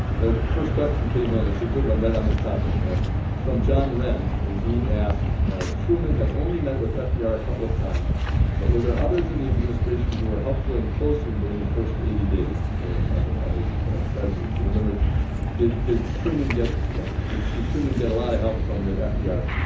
there's first question came in. it's a good one right on this topic it's ah from john wren and he asked ah truman had only met with fdr a couple of times but were there others in the administration who were helpful and close to him during the first eighty days of of his presidency in other words did did truman get yeah but did truman get a lot of help from the fdr.